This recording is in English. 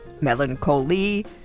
Melancholy